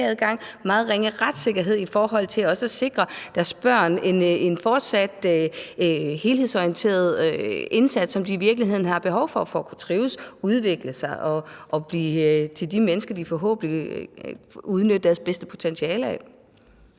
meget ringe retssikkerhed med hensyn til at sikre deres børn en fortsat helhedsorienteret indsats, som de i virkeligheden har behov for for at kunne trives, udvikle sig og blive til mennesker, som forhåbentlig kan udnytte deres bedste potentialer.